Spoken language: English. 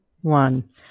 one